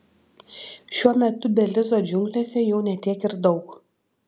šiuo metu belizo džiunglėse jų ne tiek ir daug